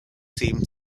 seemed